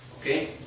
Okay